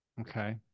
Okay